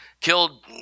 killed